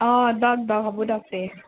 অঁ দক দক হ'ব দক তে